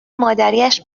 مادریاش